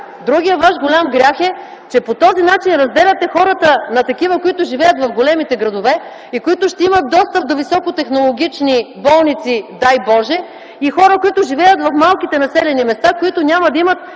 другият ваш голям грях е, че по този начин разделяте хората на такива, които живеят в големите градове и които ще имат достъп до високотехнологични болници, дай Боже, и хора, които живеят в малките населени места, които няма да имат